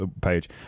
page